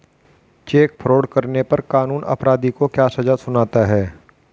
Check fraud करने पर कानून अपराधी को क्या सजा सुनाता है?